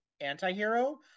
anti-hero